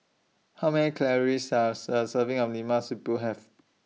How Many Calories Does A Serving of Lemak Siput Have